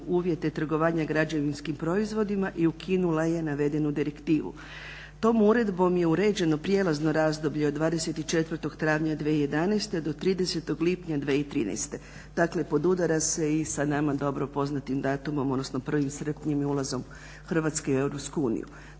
uvjete trgovanja građevinskim proizvodima i ukinula je navedenu direktivu. Tom uredbom je uređeno prijelazno razdoblje od 24.travnja 2011. do 30.lipnja 2013. dakle podudara se i sa nama dobrom poznatim datumom 1.srpnja i ulaskom Hrvatske u EU.